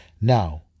Now